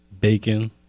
Bacon